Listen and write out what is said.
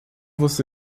você